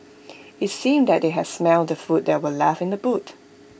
IT seemed that they had smelt the food that were left in the boot